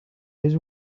his